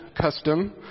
custom